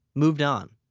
moved on.